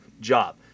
job